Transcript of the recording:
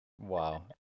Wow